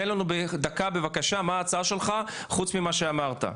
תן לנו בבקשה בדקה מה ההצעה שלך חוץ ממה שאמרת?